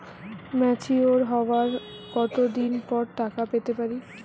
Mature হওয়ার কত দিন পর টাকা পেতে পারি?